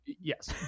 Yes